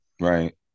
Right